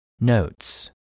Notes